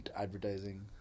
Advertising